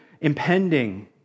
impending